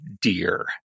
dear